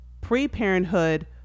pre-parenthood